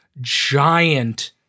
giant